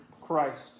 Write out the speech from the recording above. Christ